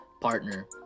partner